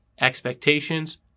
expectations